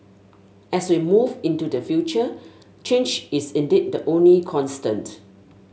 as we move into the future change is indeed the only constant